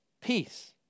peace